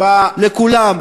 לכולם.